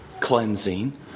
cleansing